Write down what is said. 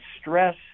stress